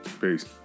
Peace